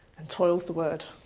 and toil's the word.